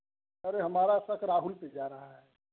अरे हमारा शक राहुल पर जा रहा है